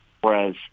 Whereas